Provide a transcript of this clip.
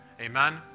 Amen